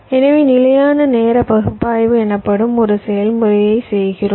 எனவே நிலையான நேர பகுப்பாய்வு எனப்படும் ஒரு செயல்முறையை செய்கிறோம்